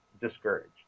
discouraged